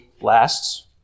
lasts